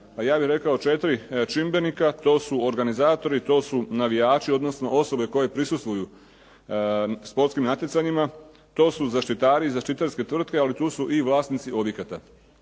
ja bih rekao četiri čimbenika, to su organizatori, to su navijači, odnosno osobe koje prisustvuju sportskim natjecanjima. To su zaštitari i zaštitarske tvrtke, ali tu su i vlasnici objekata.